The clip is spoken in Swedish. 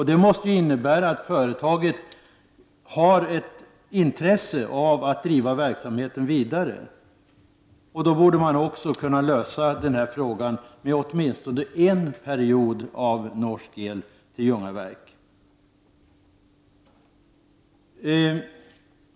Det måste innebära att företaget har intresse av att driva verksamheten vidare. Då borde man också kunna lösa den här frågan med åtminstone en ytterligare period med norsk el till Ljungaverk.